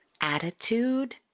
attitude